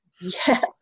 Yes